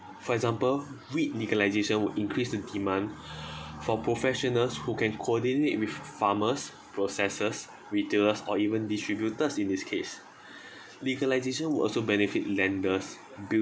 for example weed legalisation will increase the demand for professionals who can coordinate with farmers processors retailers or even distributors in this case legalisation will also benefit lenders